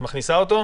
את גם מכניסה אותו?